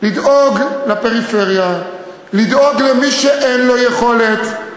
לדאוג לפריפריה, לדאוג למי שאין לו יכולת.